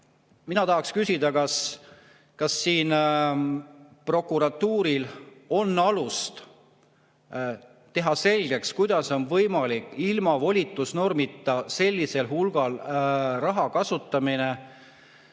tahan küsida, kas prokuratuuril on siin alust teha selgeks, kuidas on võimalik ilma volitusnormita sellisel hulgal raha kasutada.